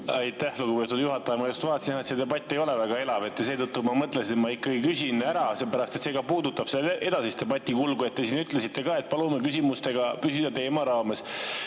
Aitäh, lugupeetud juhataja! Ma just vaatasin, et see debatt ei ole väga elav, ja seetõttu ma mõtlesin, et ma ikkagi küsin ära, seepärast et see puudutab ka edasist debati kulgu. Te ütlesite, et palume küsimustega püsida teema raames.